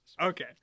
Okay